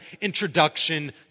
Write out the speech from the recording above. introduction